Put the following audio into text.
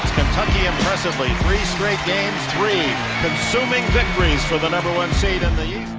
kentucky impressively three straight game three consuming victories for the number one seed in the youth